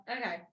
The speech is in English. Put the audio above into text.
Okay